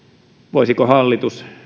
voisiko hallitus